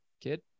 kid